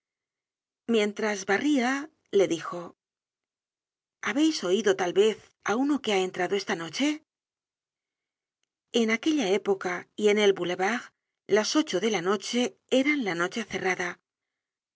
mientras harria le dijo habeis oido tal vez á uno que ha entrado esta noche en aquella época y en el boulevard las ocho de la noche eran la noche cerrada a